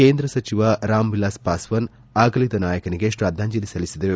ಕೇಂದ್ರ ಸಚಿವ ರಾಮ್ ವಿಲಾಸ್ ಪಾಸ್ವಾನ್ ಅಗಲಿದ ನಾಯಕನಿಗೆ ಶ್ರದ್ವಾಂಜಲಿ ಸಲ್ಲಿಸಿದರು